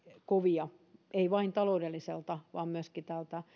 kovia ei vain taloudelliselta vaan myöskin